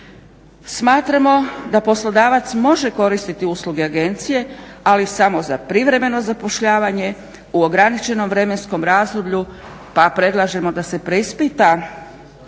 Smatramo da poslodavac može koristiti usluge agencije ali samo za privremeno zapošljavanje u ograničenom vremenskom razdoblju, pa predlažemo da se preispita